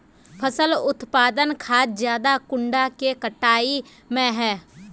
फसल उत्पादन खाद ज्यादा कुंडा के कटाई में है?